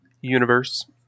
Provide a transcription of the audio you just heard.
universe